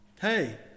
Hey